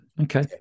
Okay